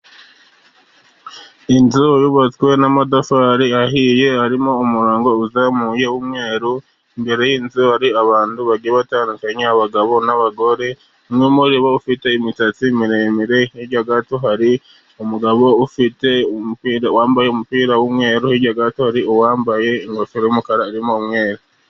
Inzu yubatswe n'amatafari ahiye harimo umurongo uzamuye w'umweru. Imbere y'inzu hari abantu bagiye batandukanye abagabo n'abagore, umwe muri bo ufite imitatsi miremire. Hirya gato hari umugabo wambaye umupira w'umweru, hirya gato hari uwambaye ingofero y'umukara irimo umweru.